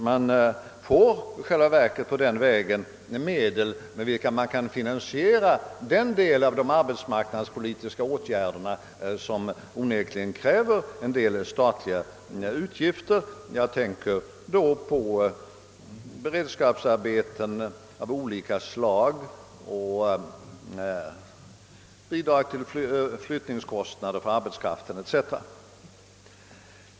Man får i själva verket på den vägen medel, med vilka man kan finansiera den del av de arbetsmarknadspolitiska åtgärderna som onekligen kräver en del statliga utgifter — jag tänker då på beredskapsarbeten av olika slag, bidrag till flyttningskostnader till arbetskraften etc.